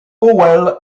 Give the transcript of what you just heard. powell